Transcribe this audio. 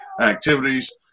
activities